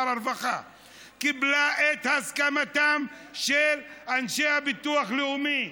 קיבלה את הסכמתם של אנשי הביטוח הלאומי,